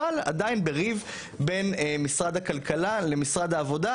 אבל עדיין בריב בין משרד הכלכלה למשרד העבודה,